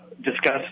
discuss